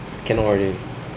cannot already